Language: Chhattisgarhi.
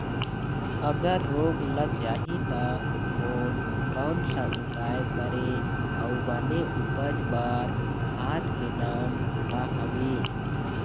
अगर रोग लग जाही ता कोन कौन सा उपाय करें अउ बने उपज बार खाद के नाम का हवे?